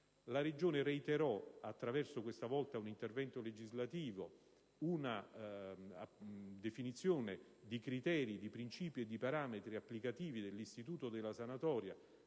La Regione reiterò, questa volta attraverso un intervento legislativo, una definizione di criteri, di principi e di parametri applicativi dell'istituto della sanatoria,